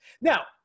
now